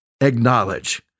acknowledge